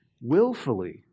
willfully